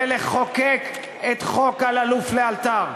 ולחוקק את חוק אלאלוף לאלתר.